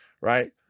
Right